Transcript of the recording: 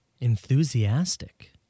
Enthusiastic